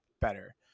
better